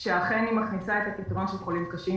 שאכן היא מכניסה את הקריטריון של חולים קשים.